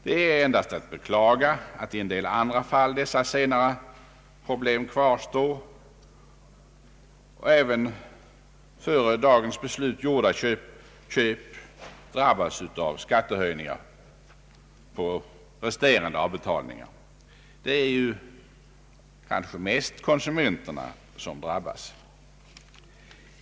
Det är endast att beklaga att i en del andra fall dessa senare problem kvarstår och att även före dagens beslut gjorda köp drabbas av skattehöjningar på resterande avbetalningar. Kanske konsumenterna drabbas mest.